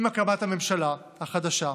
עם הקמת הממשלה החדשה,